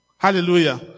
Hallelujah